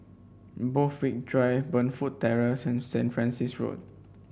Borthwick Drive Burnfoot Terrace and Saint Francis Road